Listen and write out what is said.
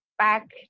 back